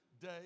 day